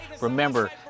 Remember